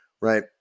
right